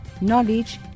knowledge